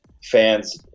Fans